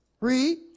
Read